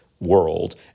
world